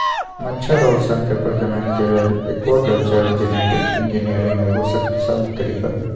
मछर अउर शंख के प्रजनन के लेल एक्वाकल्चर जेनेटिक इंजीनियरिंग एगो शक्तिशाली तरीका हई